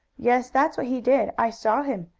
yes, that's what he did i saw him,